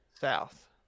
South